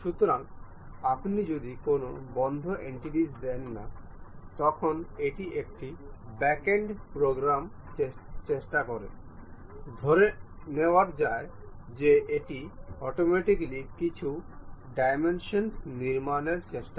সুতরাং আপনি যদি কোনও বদ্ধ এন্টিটি দেন না তখন এটি এই ব্যাক এন্ড প্রোগ্রামের চেষ্টা করে ধরে নেওয়া যায় যে এটি অটোমেটিক্যালি কিছু ডাইমেনশন্স নির্মাণের চেষ্টা করে